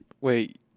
Wait